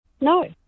No